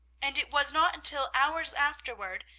and it was not until hours afterward,